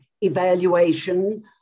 evaluation